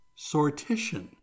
sortition